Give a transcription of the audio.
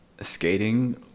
skating